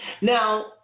Now